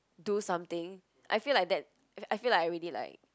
do something I feel like that I feel like I already like